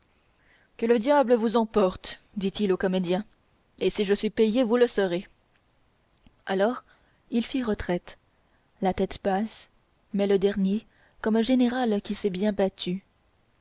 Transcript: que le diable vous emporte dit-il aux comédiens et si je suis payé vous le serez alors il fit retraite la tête basse mais le dernier comme un général qui s'est bien battu